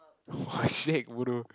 !wah! shag bodoh